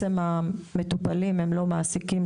המטופלים הם לא מעסיקים,